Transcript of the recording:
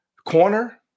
corner